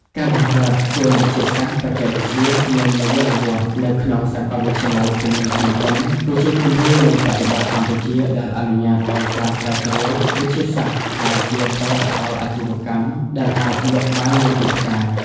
ការបង្កើត សួនវិទ្យាសាស្ត្រ បច្ចេកវិទ្យា និងនវានុវត្តន៍ នៅក្នុងសាកលវិទ្យាល័យភូមិន្ទភ្នំពេញ គឺជាគំរូនៃបរិបទកម្ពុជាដែលអនុញ្ញាតឱ្យការស្រាវជ្រាវវិទ្យាសាស្ត្រ ក្លាយជាផលិតផលអាជីវកម្មដែលអាចលក់បានលើទីផ្សារ។